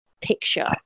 picture